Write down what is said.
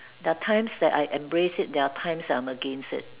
there are times that I embrace it there are times that I'm against it